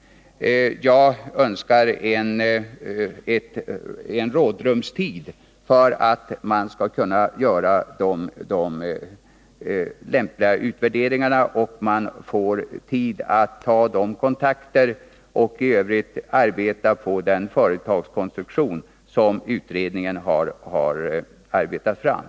Jag önskar att ett rådrum kunde ges så att man kunde göra lämpliga utvärderingar och så att man fick tid att ta olika kontakter och i övrigt kunde utveckla den företagsrekonstruktion som utredningen har arbetat fram.